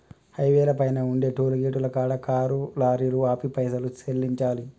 హైవేల పైన ఉండే టోలుగేటుల కాడ కారు లారీలు ఆపి పైసలు సెల్లించాలి